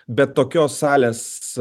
bet tokios salės